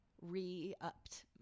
re-upped